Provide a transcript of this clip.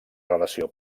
relació